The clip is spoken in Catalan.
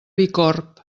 bicorb